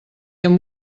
amb